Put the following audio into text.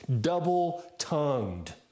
double-tongued